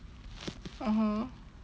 (uh huh)